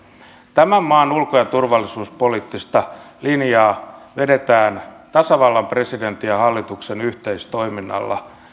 tämän maan ulko ja turvallisuuspoliittista linjaa vedetään tasavallan presidentin ja hallituksen yhteistoiminnalla